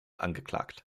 angeklagt